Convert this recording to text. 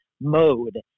mode